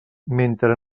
mentre